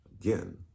again